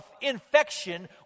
infection